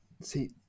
See